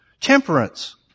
temperance